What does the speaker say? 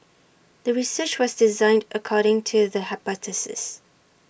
the research was designed according to the hypothesis